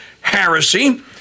heresy